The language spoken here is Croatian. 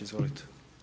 Izvolite.